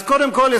אז קודם כול,